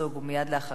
ומייד אחריו,